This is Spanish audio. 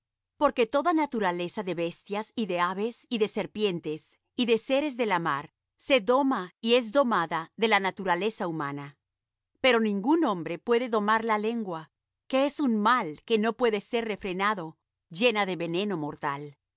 porque toda naturaleza de bestias y de aves y de serpientes y de seres de la mar se doma y es domada de la naturaleza humana pero ningún hombre puede domar la lengua que es un mal que no puede ser refrenado llena de veneno mortal